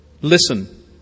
listen